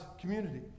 community